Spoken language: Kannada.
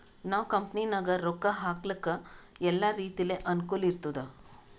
ನಾವ್ ಕಂಪನಿನಾಗ್ ರೊಕ್ಕಾ ಹಾಕ್ಲಕ್ ಎಲ್ಲಾ ರೀತಿಲೆ ಅನುಕೂಲ್ ಇರ್ತುದ್